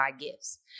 gifts